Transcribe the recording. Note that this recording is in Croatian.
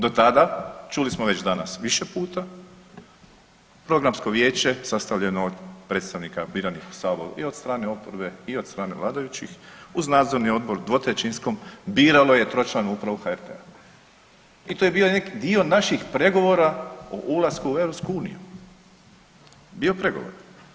Do tada čuli smo već danas više puta Programsko vijeće sastavljeno od predstavnika biranih u Saboru i od strane oporbe i od strane vladajućih uz Nadzorni odbor dvotrećinskom biralo je tročlanu upravu HRT-a i to je bio dio naših pregovora o ulasku u EU, dio pregovora.